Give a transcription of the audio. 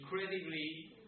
incredibly